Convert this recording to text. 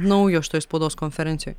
naujo šitoj spaudos konferencijoj